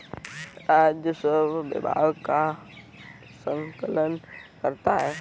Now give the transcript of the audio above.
राजस्व विभाग कर का संकलन करता है